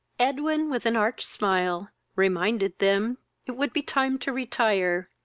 edwin, with an arch smile, reminded them it would be time to retire,